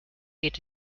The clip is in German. geht